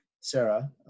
Sarah